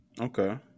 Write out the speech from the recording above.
okay